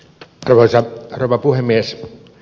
arvoisa rouva puhemies